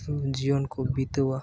ᱩᱥᱩᱞ ᱡᱤᱭᱚᱱ ᱠᱚ ᱵᱤᱛᱟᱹᱣᱟ